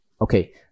okay